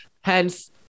hence